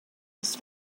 his